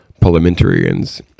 Parliamentarians